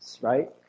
right